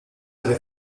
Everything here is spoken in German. eine